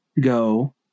go